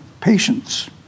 patients